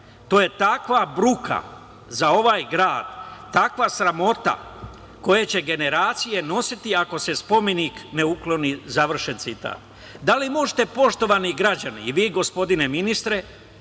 „To je takva bruka za ovaj grad, takva sramota koje će generacije nositi ako se spomenik ne ukloni“. Završen citat. Da li možete, poštovani građani i vi gospodine ministre